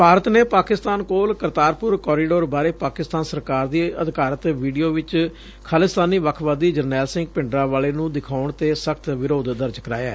ਭਾਰਤ ਨੇ ਪਾਕਿਸਤਾਨ ਕੋਲ ਕਰਤਾਰਪੁਰ ਕੋਰੀਡੋਰ ਬਾਰੇ ਪਾਕਿਸਤਾਨ ਸਰਕਾਰ ਦੀ ਅਧਿਕਾਰਤ ਵੀਡੀਓ ਵਿਚ ਖਾਲਿਸਤਾਨੀ ਵੱਖਵਾਦੀ ਜਰਨੈਲ ਸਿੰਘ ਭਿੰਡਰਾਂਵਾਲੇ ਨੂੰ ਦਿਖਾਉਣ ਤੇ ਸਖ਼ਤ ਵਿਰੋਧ ਦਰਜ ਕਰਾਇਐ